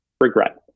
regret